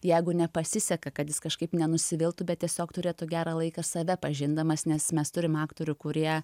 jeigu nepasiseka kad jis kažkaip nenusiviltų bet tiesiog turėtų gerą laiką save pažindamas nes mes turime aktorių kurie